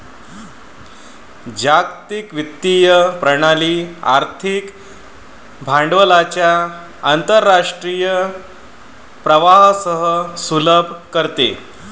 जागतिक वित्तीय प्रणाली आर्थिक भांडवलाच्या आंतरराष्ट्रीय प्रवाहास सुलभ करते